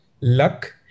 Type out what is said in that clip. luck